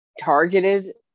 targeted